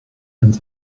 and